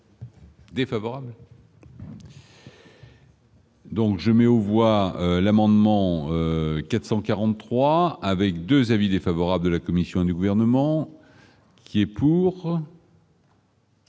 Défavorable. Donc je mets aux voix l'amendement 443 avec 2 avis défavorables de la commission du gouvernement qui est pour.